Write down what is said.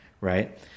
right